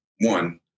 one